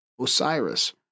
Osiris